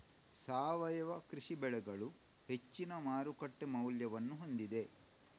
ಸಾವಯವ ಕೃಷಿ ಬೆಳೆಗಳು ಹೆಚ್ಚಿನ ಮಾರುಕಟ್ಟೆ ಮೌಲ್ಯವನ್ನು ಹೊಂದಿದೆ